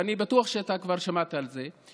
ואני בטוח שאתה כבר שמעת על זה,